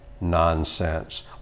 nonsense